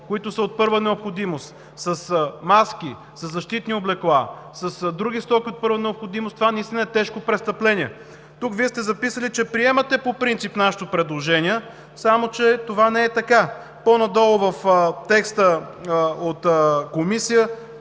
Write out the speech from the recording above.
които са от първа необходимост, с маски, със защитни облекла, с други стоки, наистина е тежко престъпление. Тук Вие сте записали, че приемате по принцип нашето предложение, само че това не е така. По-надолу в текста от Комисията